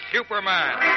Superman